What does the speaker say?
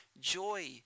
joy